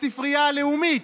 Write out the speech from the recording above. בספרייה הלאומית.